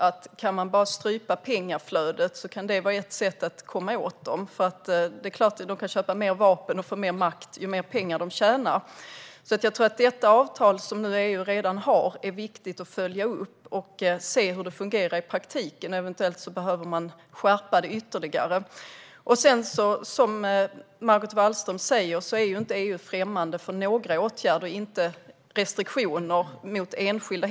Att strypa pengaflödet kan vara ett sätt att komma åt dem. Det är klart att de kan köpa mer vapen och få mer makt om de tjänar mer pengar. Det är alltså viktigt att följa upp detta avtal, som EU redan har. Då kan man se hur det fungerar i praktiken. Eventuellt behöver man skärpa det ytterligare. Som Margot Wallström säger är inga åtgärder främmande för EU, inte heller restriktioner mot enskilda.